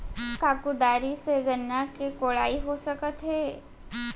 का कुदारी से गन्ना के कोड़ाई हो सकत हे?